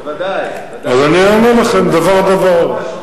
אז אני אענה לכם, דבר-דבר.